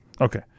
Okay